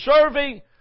serving